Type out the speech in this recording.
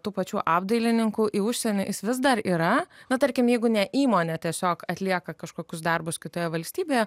tų pačių apdailininkų į užsienį jis vis dar yra na tarkim jeigu ne įmonė tiesiog atlieka kažkokius darbus kitoje valstybėje